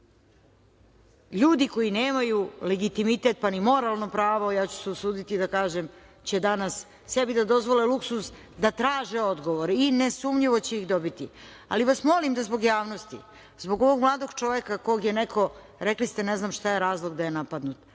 BIA.Ljudi koji nemaju legitimitet, pa ni moralno pravo, ja ću se usuditi da kažem, će danas sebi da dozvole luksuz da traže odgovore i nesumnjivo će ih dobiti, ali vas molim da zbog javnosti, zbog ovog mladog čoveka kog je neko, rekli ste – ne znam šta je razlog da je napadnut.